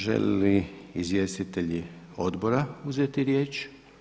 Žele li izvjestitelji odbora uzeti riječ?